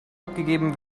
abgegeben